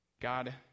God